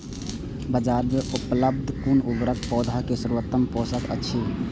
बाजार में उपलब्ध कुन उर्वरक पौधा के सर्वोत्तम पोषक अछि?